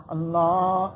Allah